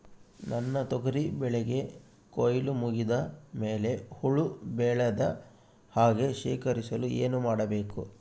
ನನ್ನ ತೊಗರಿ ಬೆಳೆಗೆ ಕೊಯ್ಲು ಮುಗಿದ ಮೇಲೆ ಹುಳು ಬೇಳದ ಹಾಗೆ ಶೇಖರಿಸಲು ಏನು ಮಾಡಬೇಕು?